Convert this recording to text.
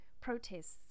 protests